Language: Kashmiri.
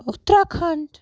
اُتراکھَنڈ